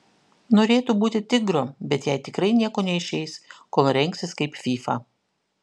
norėtų būti tigro bet jai tikrai nieko neišeis kol rengsis kaip fyfa